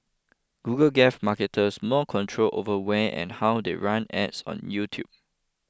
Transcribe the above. Google gave marketers more control over when and how they run ads on YouTube